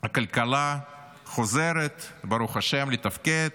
כי "הכלכלה שלנו חוזרת ברוך השם לתפקד,